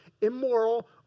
immoral